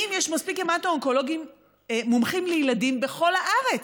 אם יש מספיק המטו-אונקולוגים מומחים לילדים בכל הארץ,